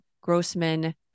Grossman